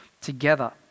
together